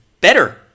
better